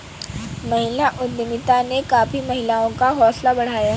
महिला उद्यमिता ने काफी महिलाओं का हौसला बढ़ाया है